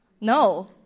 No